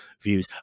views